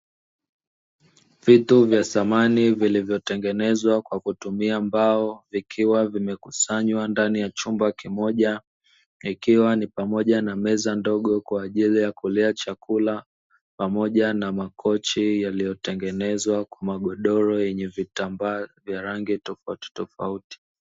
Vitu vya samani vilivyotengenezwa kwa kutumia mbao, vikiwa vimekusanywa ndani ya chumba kimoja, ikiwa ni pamoja na meza ndogo kwa ajili ya kulia chakula, pamoja na makochi yaliyotengenezwa kwa magodoro yenye vitambaa vya rangi tofautitofauti.